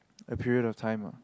a period of time ah